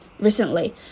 Recently